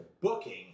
booking